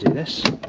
this